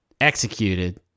executed